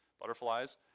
butterflies